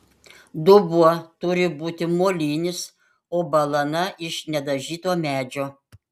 dubuo turi būti molinis o balana iš nedažyto medžio